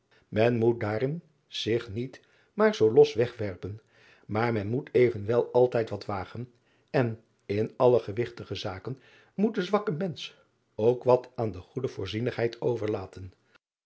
men moet daarin zich niet maar zoo los wegwerpen maar men moet evenwel altijd wat wagen en in alle gewigtige zaken moet de zwakke mensch ook wat aan de goede oorzienigheid overlaten